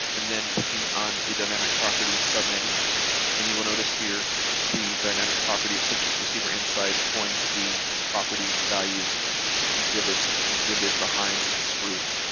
and then clicking on the dynamic property submenu and you will notice here the dynamic property of citrix receiver inside pulling the property value exhibit exhibited behind in this group.